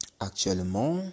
actuellement